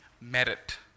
merit